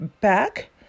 back